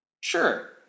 Sure